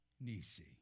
Nisi